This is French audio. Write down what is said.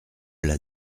l’a